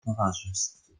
towarzystw